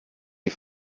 die